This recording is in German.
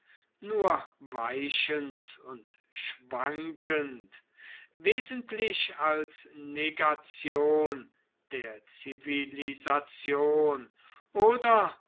nur weichend und schwindend wesentlich als negation der zivilisation oder